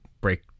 break